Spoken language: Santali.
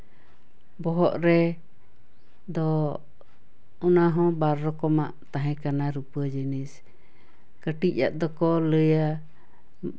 ᱵᱚᱦᱚᱜ ᱨᱮ ᱫᱚ ᱚᱱᱟᱦᱚᱸ ᱵᱟᱨ ᱨᱚᱠᱚᱢᱚᱜ ᱛᱟᱦᱮᱸ ᱠᱟᱱᱟ ᱨᱩᱯᱟᱹ ᱡᱤᱱᱤᱥ ᱠᱟᱹᱴᱤᱡ ᱟᱜ ᱫᱚᱠᱚ ᱞᱟᱹᱭᱟ